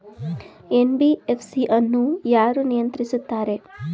NBFC ಅನ್ನು ಯಾರು ನಿಯಂತ್ರಿಸುತ್ತಾರೆ?